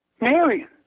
Marion